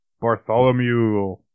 Bartholomew